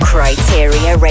Criteria